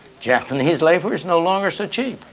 japanese labor is no longer so cheap.